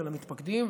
של המתפקדים,